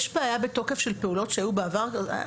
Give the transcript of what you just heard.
יש בעיה בתוקף של פעולות שנעשו בעבר?